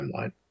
timeline